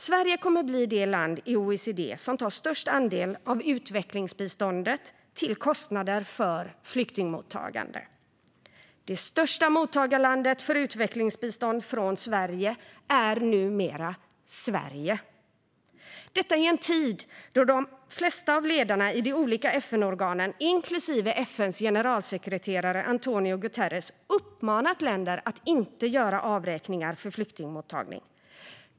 Sverige kommer att bli det land i OECD som tar störst andel av utvecklingsbiståndet till kostnader för flyktingmottagande. Det största mottagarlandet för utvecklingsbistånd från Sverige är numera Sverige. Detta i en tid då de flesta av ledarna i de olika FN-organen, inklusive FN:s generalsekreterare António Guterres, uppmanat länder att inte göra avräkningar för flyktingmottagning.